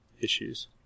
issues